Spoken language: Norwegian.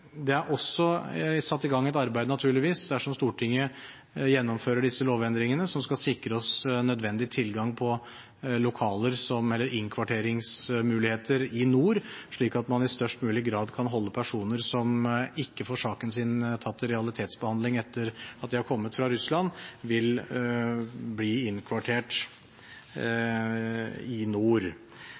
Det er naturligvis også satt i gang et arbeid – dersom Stortinget gjennomfører disse lovendringene – som skal sikre oss nødvendig tilgang på lokaler, innkvarteringsmuligheter i nord, slik at man i størst mulig grad kan få innkvartert personer som ikke får saken sin tatt til realitetsbehandling etter at de har kommet fra Russland.